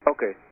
Okay